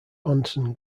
onsen